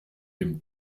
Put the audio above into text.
dem